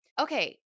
Okay